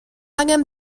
angen